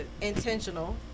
intentional